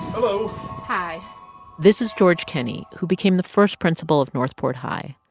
hello hi this is george kenney, who became the first principal of north port high.